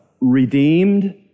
redeemed